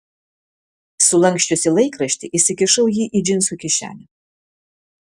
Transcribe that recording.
sulanksčiusi laikraštį įsikišau jį į džinsų kišenę